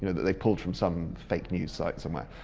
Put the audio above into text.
they've pulled from some fake news site somewhere.